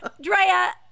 Drea